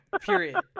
period